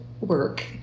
work